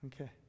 Okay